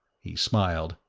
he smiled.